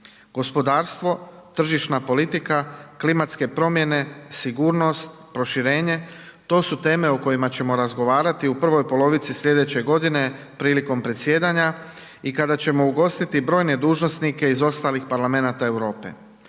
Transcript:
Gospodarstvo, tržišna politike, klimatske promjene, sigurnost, proširenje to su teme o kojima ćemo razgovarati u prvoj polovici slijedeće godine prilikom predsjedanja i kada ćemo ugostiti brojne dužnosnike iz ostalih parlamenata Europe.